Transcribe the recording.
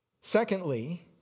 Secondly